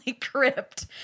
crypt